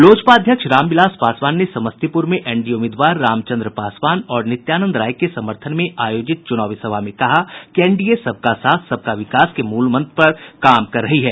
लोजपा अध्यक्ष रामविलास पासवान ने समस्तीपुर में एनडीए उम्मीदवार रामचंद्र पासवान और नित्यानंद राय के समर्थन में आयोजित चुनावी सभा में कहा कि एनडीए सबका साथ सबका विकास के मूलमंत्र पर काम कर रही है